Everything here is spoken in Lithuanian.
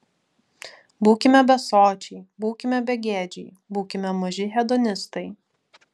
būkime besočiai būkime begėdžiai būkime maži hedonistai